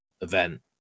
event